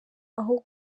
aho